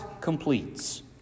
completes